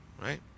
right